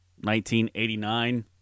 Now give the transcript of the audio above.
1989